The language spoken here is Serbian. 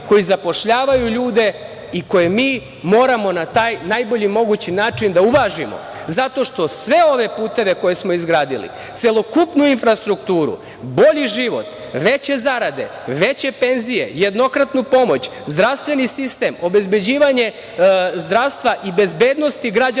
koji zapošljavaju ljude i koje mi moramo na najbolji mogući način da uvažimo, zato što sve ove puteve koje smo izgradili, celokupnu infrastrukturu, bolji život, veće zarade, veće penzije, jednokratnu pomoć, zdravstveni sistem, obezbeđivanje zdravstva i bezbednosti građana